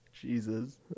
Jesus